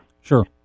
Sure